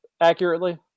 accurately